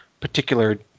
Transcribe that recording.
particular